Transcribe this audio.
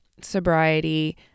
sobriety